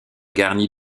garnies